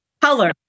color